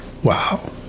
Wow